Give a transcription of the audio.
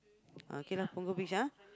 okay lah Punggol Beach ah